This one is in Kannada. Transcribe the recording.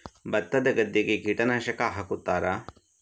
ಭತ್ತದ ಗದ್ದೆಗೆ ಕೀಟನಾಶಕ ಹಾಕುತ್ತಾರಾ?